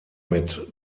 mit